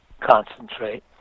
concentrate